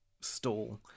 stall